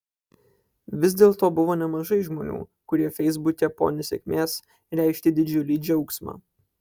vis dėlto buvo nemažai žmonių kurie feisbuke po nesėkmės reiškė didžiulį džiaugsmą